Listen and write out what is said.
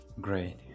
Great